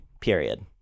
Period